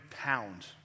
pound